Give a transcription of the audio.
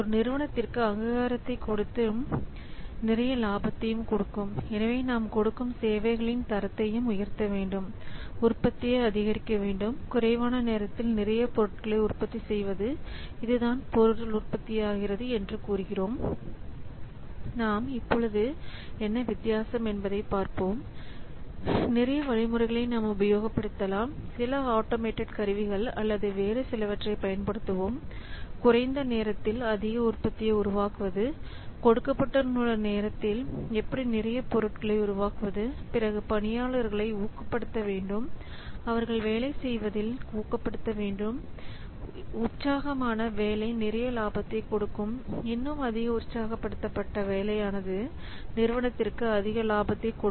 நாம் நிறைய வழிமுறைகளை உபயோகப்படுத்தலாம் சில ஆட்டோமேட்டட் கருவிகள் அல்லது வேறு சிலவற்றை பயன்படுத்துவோம் குறைந்த நேரத்தில் அதிக உற்பத்தியை உருவாக்குவது கொடுக்கப்பட்டுள்ள நேரத்தில் எப்படி நிறைய பொருட்களை உருவாக்குவது பிறகு பணியாளர்களை ஊக்கப்படுத்த வேண்டும் அவர்கள் வேலை செய்வதில் ஊக்கப்படுத்த வேண்டும் உற்சாகமான வேலை நிறைய லாபத்தை கொடுக்கும் இன்னும் அதிக உற்சாகப்படுத்த பட்ட வேலையானது நிறுவனத்திற்கு அதிக லாபத்தை கொடுக்கும்